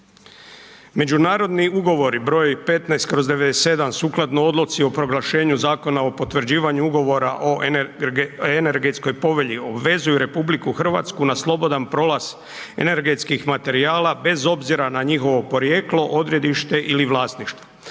Međunarodni ugovori br. 15/97 sukladno Odluci o proglašenju Zakona o potvrđivanju ugovora o energetskoj povelji obvezuju RH na slobodan prolaz energetskih materijala bez obzira na njihovo porijeklo, odredište ili vlasništvo